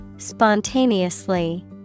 Spontaneously